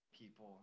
people